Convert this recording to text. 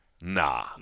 nah